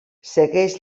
segueix